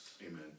Amen